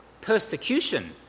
persecution